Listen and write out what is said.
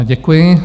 Děkuji.